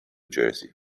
jersey